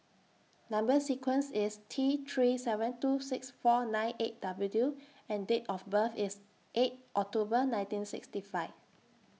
Number sequence IS T three seven two six four nine eight W two and Date of birth IS eight October nineteen sixty five